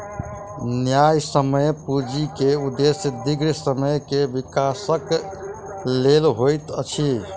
न्यायसम्य पूंजी के उदेश्य दीर्घ समय के विकासक लेल होइत अछि